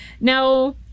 Now